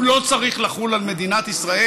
הוא לא צריך לחול על מדינת ישראל?